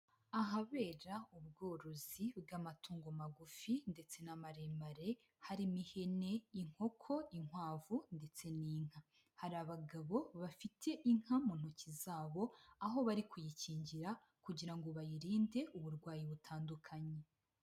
Ahabera ubworozi bw'amatungo magufi ndetse n'amaremare, harimo ihene, inkoko, inkwavu ndetse n'inka, hari abagabo bafite inka mu ntoki zabo, aho bari kuyikingira kugira ngo bayirinde uburwayi butandukanye.